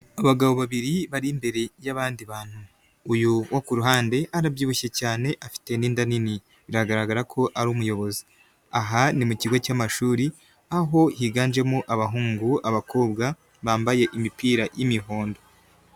Abagabo babiri bari imbere y'abandi bantu, uyu wo ku ruhande arabyibushye cyane afite n'inda nini biragaragara ko ari umuyobozi, aha ni mu kigo cy'amashuri aho higanjemo abahungu abakobwa bambaye imipira y'imihondo.